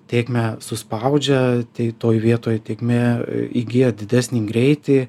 tėkmę suspaudžia tei toj vietoj tėkmė įgyja didesnį greitį